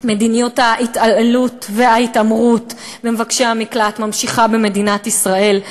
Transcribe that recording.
מדיניות ההתעללות וההתעמרות במבקשי המקלט ממשיכה במדינת ישראל.